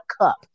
cup